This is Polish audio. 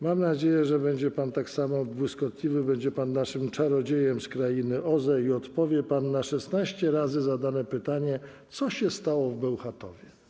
Mam nadzieję, że będzie pan tak samo błyskotliwy, będzie pan naszym czarodziejem z krainy OZE i odpowie pan na 16 razy zadane pytanie: Co się stało w Bełchatowie?